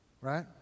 Right